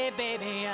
baby